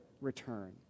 return